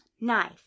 knife